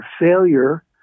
failure